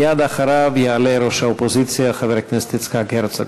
מייד אחריו יעלה ראש האופוזיציה חבר הכנסת יצחק הרצוג.